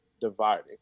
dividing